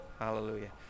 Hallelujah